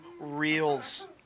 reels